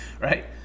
right